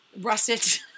russet